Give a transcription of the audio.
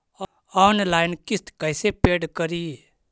Online किस्त कैसे paid करि?